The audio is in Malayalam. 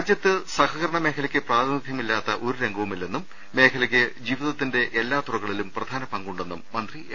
രാജ്യത്ത് സഹകരണ മേഖലക്ക് പ്രാതിനിധ്യം ഇല്ലാത്ത ഒരു രംഗ വുമില്ലെന്നും മേഖലക്ക് ജീവിതത്തിന്റെ എല്ലാ തുറകളിലും പ്രധാന പങ്കുണ്ടെന്നും മന്ത്രി എം